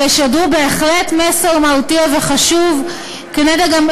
אבל ישדרו בהחלט מסר מרתיע וחשוב כנגד